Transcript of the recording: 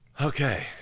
Okay